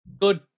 Good